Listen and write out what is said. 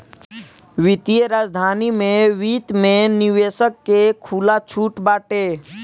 वित्तीय राजधानी में वित्त में निवेशक के खुला छुट बाटे